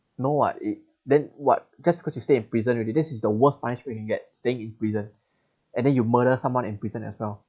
no [what] it then what just cause you stay in prison already this is the worst punishment you can get staying in prison and then you murder someone in prison as well